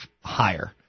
higher